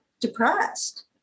depressed